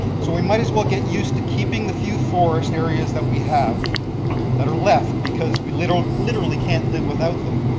so we might as well get used to keeping the few forest areas that we have that are left because we literally literally can't live without them.